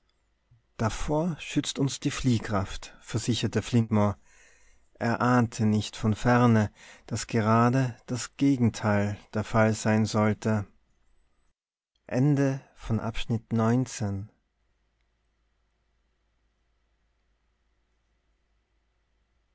davor schützt uns die fliehkraft versicherte flitmore er ahnte nicht von ferne daß gerade das gegenteil der fall sein sollte